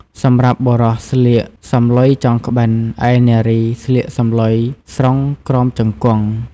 សម្រាប់បុរសស្លៀកសំឡុយចងក្បិន ឯនារីស្លៀកសំឡុយស្រុងក្រោមជង្គង់ ។